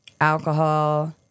alcohol